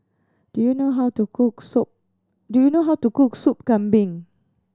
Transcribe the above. do you know how to cook sop do you know how to cook Sop Kambing